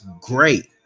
great